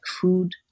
food